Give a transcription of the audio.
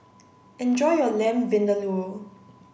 enjoy your Lamb Vindaloo